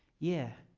yeah.